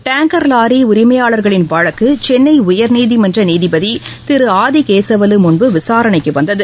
tanker lorry உரிமையாளர்களின் வழக்கு சென்னை உயர்நீதிமன்ற நீதிபதி திரு ஆதிகேசவலு முன் விசாரணைக்கு வந்தது